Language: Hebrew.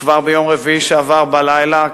כבר ביום רביעי שעבר בלילה,